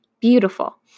Beautiful